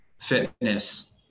fitness